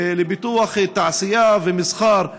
לפיתוח תעשייה ומסחר,